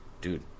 dude